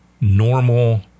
normal